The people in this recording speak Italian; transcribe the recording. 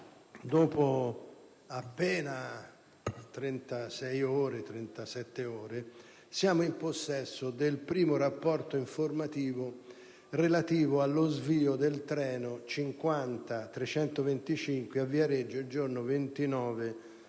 dopo appena 36-37 ore, siamo in possesso del primo rapporto informativo relativo allo svio del treno 50325 avvenuto a Viareggio il giorno 29